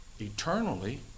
Eternally